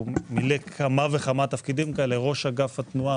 מילא כמה וכמה תפקידים כאלה: ראש אגף התנועה,